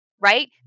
Right